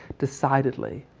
decidedly.